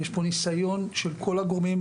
יש פה ניסיון של כל הגורמים,